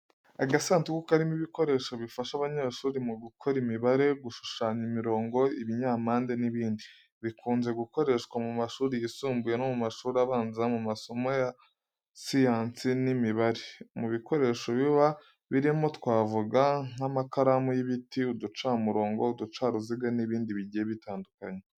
Agasanduku karimo ibikoresho bifasha abanyeshuri mu gukora imibare, gushushanya imirongo, ibinyampande n’ibindi. Bikunze gukoreshwa mu mashuri yisumbuye no mu mashuri abanza mu masomo ya siyansi n'imibare. Mu bikoresho biba birimo twavuga nk’amakaramu y'ibiti, uducamurongo, uducaruziga n’ibindi bigiye bitandukanye.